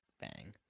bang